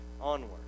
onward